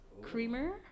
creamer